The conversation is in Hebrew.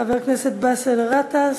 חבר הכנסת באסל גטאס,